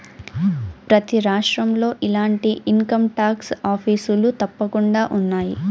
ప్రతి రాష్ట్రంలో ఇలాంటి ఇన్కంటాక్స్ ఆఫీసులు తప్పకుండా ఉన్నాయి